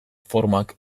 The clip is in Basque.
formak